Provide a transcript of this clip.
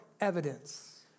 evidence